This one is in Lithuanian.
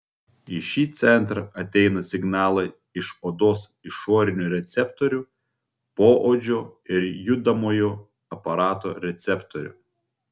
į šį centrą ateina signalai iš odos išorinių receptorių poodžio ir judamojo aparato receptorių